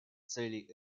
целей